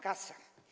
Kasa.